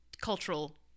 cultural